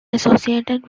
associated